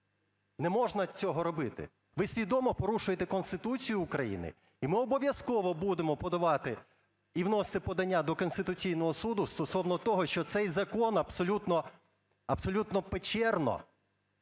Не можна цього робити. Ви свідомо порушуєте Конституцію України і ми обов'язково будемо подавати і вносити подання до Конституційного Суду стосовно того, що цей закон абсолютнопечерно